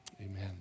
Amen